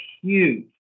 huge